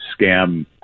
scam